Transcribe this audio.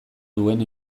duen